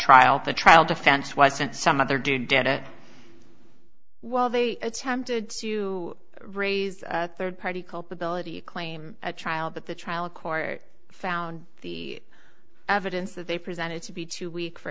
trial the trial defense wasn't some other dude did it well they attempted to raise third party culpability claim at trial but the trial court found the evidence that they presented to be too weak for